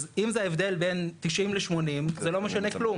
אז אם זה ההבדל בין 90 ל-80 זה לא משנה כלום,